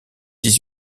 dix